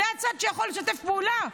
זה הצד שיכול לשתף פעולה.